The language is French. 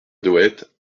dohette